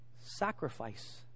Sacrifice